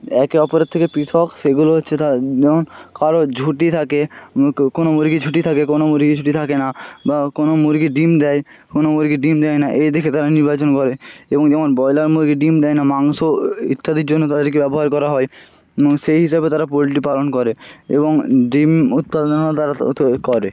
একে অপরের থেকে পৃথক সেগুলো হচ্ছে তারা যেমন কারোর ঝুঁটি থাকে কোনও মুরগির ঝুঁটি থাকে কোনও মুরগির ঝুঁটি থাকে না বা কোনও মুরগি ডিম দেয় কোনও মুরগি ডিম দেয় না এই দেখে তারা নির্বাচন করে এবং যেমন ব্রয়লার মুরগি ডিম দেয় না মাংস ইত্যাদির জন্য তাদেরকে ব্যবহার করা হয় সেই হিসাবে তারা পোল্ট্রি পালন করে এবং ডিম উৎপাদনের দ্বারা অর্থ এ করে